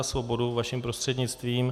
Svobodu vaším prostřednictvím.